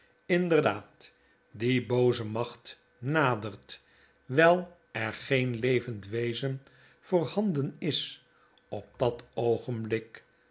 inderdaad die booze macht nadert wijl er geen levend wezen voorhanden is op dat oogenblik